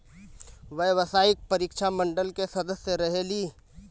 व्यावसायिक परीक्षा मंडल के सदस्य रहे ली?